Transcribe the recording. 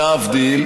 להבדיל,